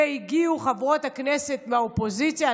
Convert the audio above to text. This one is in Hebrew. והגיעו חברות הכנסת מהאופוזיציה,